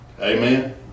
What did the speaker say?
Amen